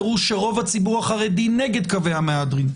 הראו שרוב הציבור החרדי נגד קווי המהדרין,